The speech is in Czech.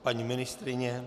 Paní ministryně?